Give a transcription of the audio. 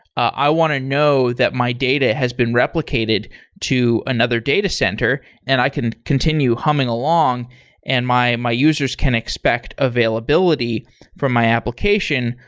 i want to know that my data has been replicated to another data center and i can continue humming along and my my users can expect availability from my application,